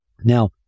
Now